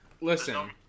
Listen